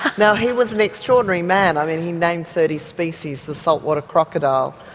now he was an extraordinary man, i mean he named thirty species the saltwater crocodile,